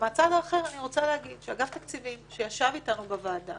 מהצד האחר אני יכולה להגיד שאגף תקציבים שישב אתנו בוועדה